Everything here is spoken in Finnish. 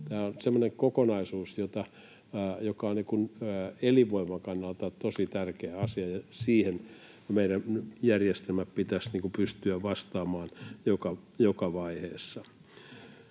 Tämä on semmoinen kokonaisuus, joka on elinvoiman kannalta tosi tärkeä asia, ja siihen meidän järjestelmän pitäisi pystyä vastaamaan joka vaiheessa.